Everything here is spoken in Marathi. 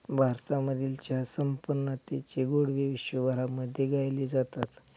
भारतामधील चहा संपन्नतेचे गोडवे विश्वभरामध्ये गायले जातात